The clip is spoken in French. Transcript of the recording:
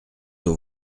aux